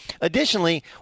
Additionally